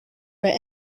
but